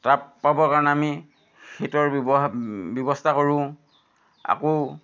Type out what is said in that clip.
তাপ পাবৰ কাৰণে আমি শীতৰ ব্যৱহাৰ ব্যৱস্থা কৰোঁ আকৌ